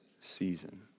season